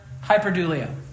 hyperdulia